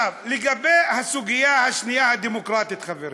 לגבי הסוגיה השנייה, הדמוקרטית, חברים,